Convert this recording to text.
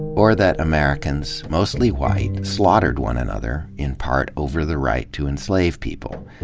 or that americans, mostly white, slaughtered one another in part over the right to enslave people.